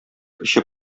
эче